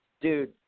dude